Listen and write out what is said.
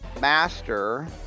master